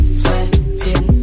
sweating